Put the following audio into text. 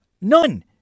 None